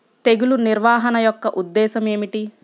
తెగులు నిర్వహణ యొక్క ఉద్దేశం ఏమిటి?